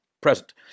present